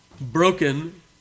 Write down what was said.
broken